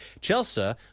Chelsea